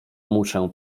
muszę